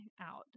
out